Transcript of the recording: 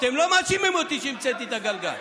אתם לא מאשימים אותי שהמצאתי את הגלגל.